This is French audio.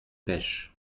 pêchent